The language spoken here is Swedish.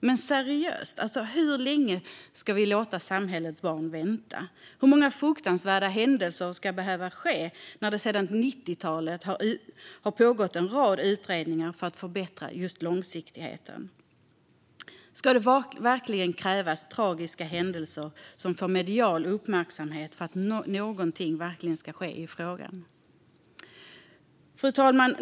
Men seriöst! Hur länge ska vi låta samhällets barn vänta? Hur många fruktansvärda händelser ska behöva ske? Sedan 90-talet har det pågått en rad utredningar för att förbättra just långsiktigheten. Ska det verkligen krävas tragiska händelser som får medial uppmärksamhet för att någonting ska ske i frågan? Fru talman!